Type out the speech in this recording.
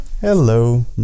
Hello